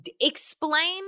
explain